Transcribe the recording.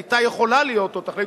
היתה יכולה להיות לו תכלית,